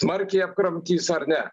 smarkiai apkramtys ar ne